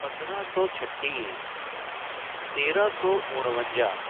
पंद्राहं सौ छटीह तेराहं सौ उणवंजा